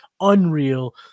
unreal